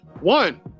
one